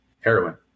heroin